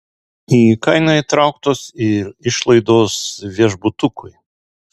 į kainą įtrauktos ir išlaidos viešbutukui